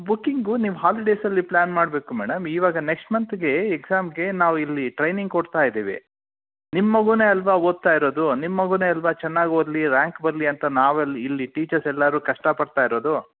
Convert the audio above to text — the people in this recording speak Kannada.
ಬುಕ್ಕಿಂಗು ನೀವು ಹಾಲಿಡೇಸಲ್ಲಿ ಪ್ಲ್ಯಾನ್ ಮಾಡಬೇಕು ಮೇಡಮ್ ಈವಾಗ ನೆಕ್ಷ್ಟ್ ಮಂತ್ಗೆ ಎಕ್ಸಾಮ್ಗೆ ನಾವು ಇಲ್ಲಿ ಟ್ರೈನಿಂಗ್ ಕೊಡ್ತಾ ಇದ್ದೀವಿ ನಿಮ್ಮ ಮಗೂನೇ ಅಲ್ವಾ ಓದ್ತಾ ಇರೋದು ನಿಮ್ಮ ಮಗೂನೇ ಅಲ್ವಾ ಚೆನ್ನಾಗಿ ಓದಲಿ ರ್ಯಾಂಕ್ ಬರಲಿ ಅಂತ ನಾವಲ್ಲಿ ಇಲ್ಲಿ ಟೀಚರ್ಸ್ ಎಲ್ಲರೂ ಕಷ್ಟ ಪಡ್ತಾ ಇರೋದು